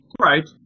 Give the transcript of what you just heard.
Right